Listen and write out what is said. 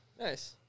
Nice